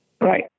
Right